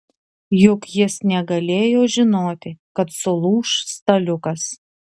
juk jis negalėjo žinoti kad sulūš staliukas